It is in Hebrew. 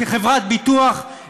כחברת ביטוח,